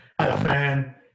man